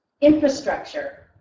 infrastructure